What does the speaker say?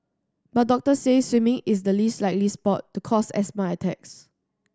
but doctors say swimming is the least likely sport to cause asthma attacks